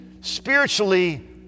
spiritually